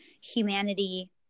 humanity